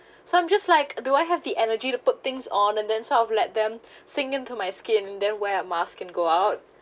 so I'm just like do I have the energy to put things on and then sort of let them sink in to my skin then wear mask and go out